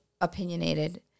opinionated